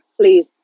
please